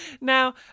now